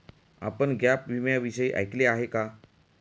आपण गॅप विम्याविषयी ऐकले आहे का?